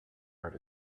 art